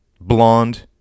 Blonde